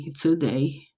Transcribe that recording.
today